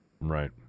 Right